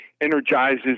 energizes